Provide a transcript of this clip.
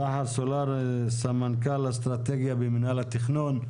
סמנכ"ל אסטרטגיה במינהל התכנון.